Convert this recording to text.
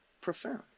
profound